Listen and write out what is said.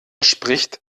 spricht